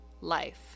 life